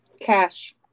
cash